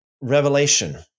Revelation